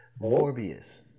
Morbius